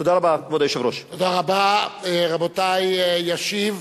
תודה רבה, כבוד היושב-ראש.